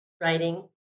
writing